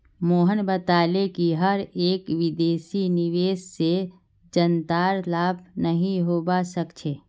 मोहन बताले कि हर एक विदेशी निवेश से जनतार लाभ नहीं होवा सक्छे